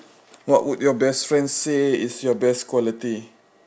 what would your best friend say is your best quality